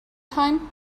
time